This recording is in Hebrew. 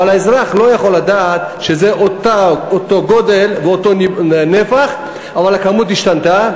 אבל האזרח לא יכול לדעת שזה אותו גודל ואותו נפח אבל הכמות השתנתה.